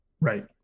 Right